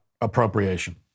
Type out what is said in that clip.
appropriation